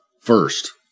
first